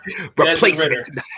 Replacement